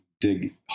dig